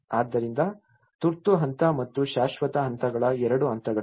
ಆದ್ದರಿಂದ ತುರ್ತು ಹಂತ ಮತ್ತು ಶಾಶ್ವತ ಹಂತಗಳ ಎರಡು ಹಂತಗಳಿವೆ